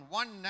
one